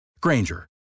Granger